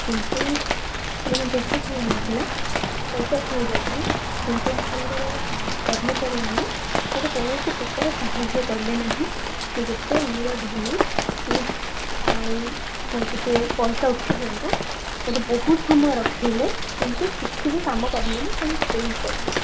କିନ୍ତୁ ମାନେ ମୋ ଦେହ ଭଲ ନଥିଲା ପଇସା ଉଠାଇବାକୁ ଯାଇଥିଲି କିନ୍ତୁ ଆପଣଙ୍କର କର୍ମଚାରୀ ମାନେ ମୋତେ କୌଣସି ପ୍ରକାର ସାହାଯ୍ୟ କଲେ ନାହିଁ ମୁଁ ଯେତେ ଅନୁରୋଧ ହେଲି କି ଆଉ ମୋର ଟିକେ ପଇସା ଉଠାଇ ଦିଅନ୍ତୁ କିନ୍ତୁ ବହୁତ ସମୟ ରଖାଇଲେ କିନ୍ତୁ କିଛି ବି କାମ କଲେନି ଖାଲି ପ୍ରିଣ୍ଟ କରିଲେ